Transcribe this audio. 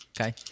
Okay